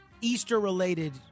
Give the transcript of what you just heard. Easter-related